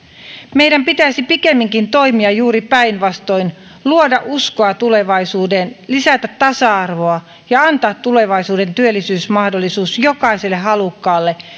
meidän pitäisi pikemminkin toimia juuri päinvastoin luoda uskoa tulevaisuuteen lisätä tasa arvoa ja antaa tulevaisuuden työllisyysmahdollisuus jokaiselle halukkaalle